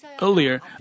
Earlier